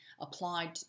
applied